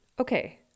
Okay